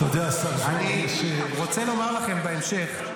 --- אני רוצה לומר לכם בהמשך,